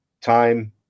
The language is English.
time